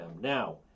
Now